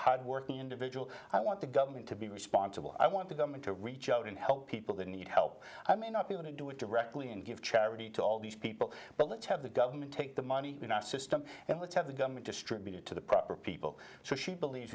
hardworking individual i want the government to be responsible i want to government to reach out and help people that need help i may not be able to do it directly and give charity to all these people but let's have the government take the money system and let's have the government just to the proper people so she believes